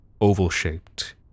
oval-shaped